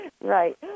Right